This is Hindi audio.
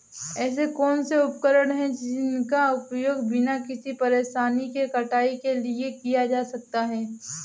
ऐसे कौनसे उपकरण हैं जिनका उपयोग बिना किसी परेशानी के कटाई के लिए किया जा सकता है?